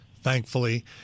thankfully